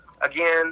again